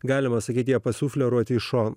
galima sakyti jie pasufleruoti į šoną